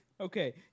okay